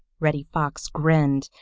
reddy fox grinned,